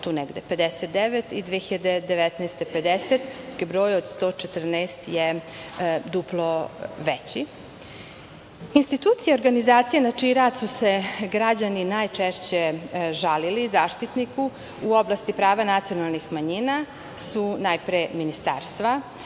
tu negde 59 i 2019. godine je 50, dok je broj od 114 duplo veći. Institucije i organizacije na čiji rad su se građani najčešće žalili Zaštitniku u oblasti prava nacionalnih manjina su najpre ministarstva,